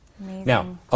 Now